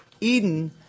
Eden